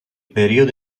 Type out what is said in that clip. periodo